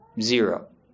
Zero